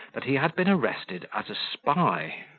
that he had been arrested as a spy.